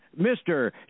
Mr